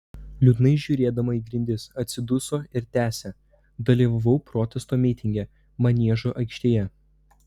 liūdnai žiūrėdama į grindis atsiduso ir tęsė dalyvavau protesto mitinge maniežo aikštėje